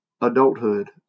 adulthood